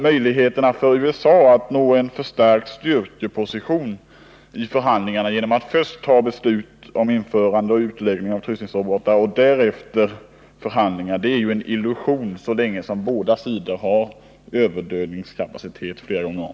Möjligheterna för USA att nå en förstärkt styrkeposition i förhandlingarna genom att först ta beslut om införande och utläggning av kryssningsrobotar och därefter föra förhandlingar är en illusion, så länge båda sidor har överdödningskapacitet flera gånger om.